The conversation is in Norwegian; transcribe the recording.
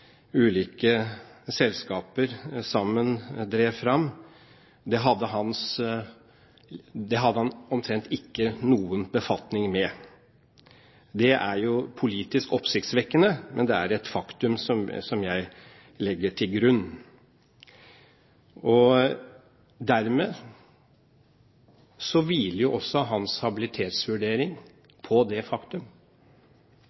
ulike selskaper sammen drev fram. Det er jo politisk oppsiktsvekkende, men det er et faktum som jeg legger til grunn. Dermed hviler jo også hans